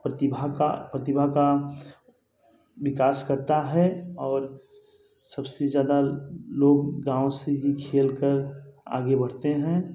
प्रतिभा का प्रतिभा का विकास करता है और सब से ज़्यादा लोग गाँव से ही खेल कर आगे बढ़ते हैं